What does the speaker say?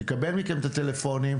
יקבל מכם את הטלפונים,